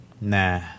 Nah